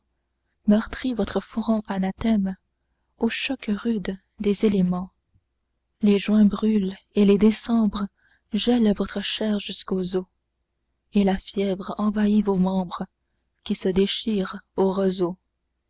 meurtrit votre front anathème au choc rude des éléments les juins brûlent et les décembres gèlent votre chair jusqu'aux os et la fièvre envahit vos membres qui se déchirent aux roseaux